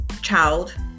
child